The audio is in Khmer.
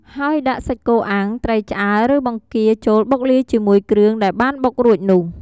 ហើយដាក់សាច់គោអាំង ត្រីឆ្អើរ ឬបង្គាចូលបុកលាយជាមួយគ្រឿងដែលបានបុករួចនោះ។